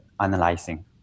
analyzing